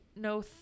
no